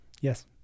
yes